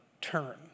turn